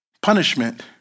punishment